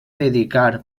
dedicar